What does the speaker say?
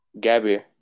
Gabby